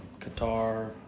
Qatar